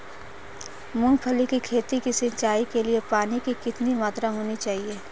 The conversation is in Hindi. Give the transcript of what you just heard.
मूंगफली की खेती की सिंचाई के लिए पानी की कितनी मात्रा होनी चाहिए?